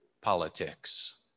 politics